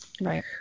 Right